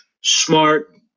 smart